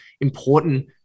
important